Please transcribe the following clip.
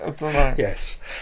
Yes